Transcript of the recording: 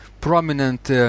prominent